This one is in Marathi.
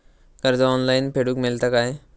कर्ज ऑनलाइन फेडूक मेलता काय?